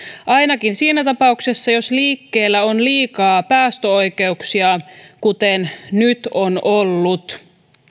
ainakin siinä tapauksessa jos liikkeellä on liikaa päästöoikeuksia kuten nyt on ollut